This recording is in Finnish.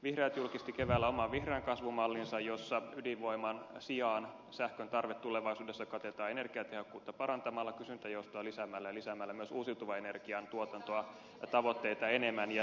vihreät julkisti keväällä oman vihreän kasvun mallinsa jossa ydinvoiman sijaan sähkön tarve tulevaisuudessa katetaan energiatehokkuutta parantamalla kysyntäjoustoja lisäämällä ja lisäämällä myös uusiutuvan energian tuotantoa ja tavoitteita enemmän ja niin kuin ed